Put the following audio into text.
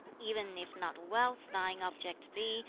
e'en if not wealth thine object be,